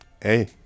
Hey